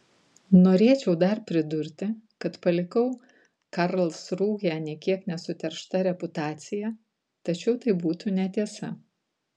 norėčiau dar pridurti kad palikau karlsrūhę nė kiek nesuteršta reputacija tačiau tai būtų netiesa